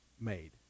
made